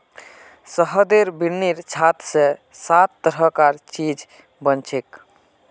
शहदेर बिन्नीर छात स सात तरह कार चीज बनछेक